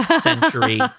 century